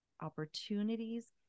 opportunities